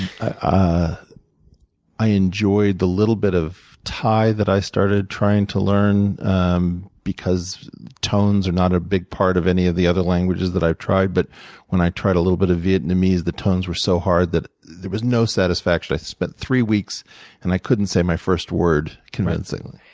i i enjoyed the little bit of thai that i started trying to learn um because tones are not a big part of any of the other languages that i've tried. but when i tried a little bit of vietnamese, the tones were so hard that there was no satisfaction. i spent three weeks and i couldn't say my first word convincingly.